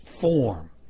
form